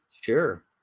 Sure